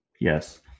Yes